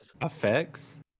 effects